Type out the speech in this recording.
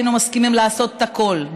היינו מסכימים לעשות את הכול.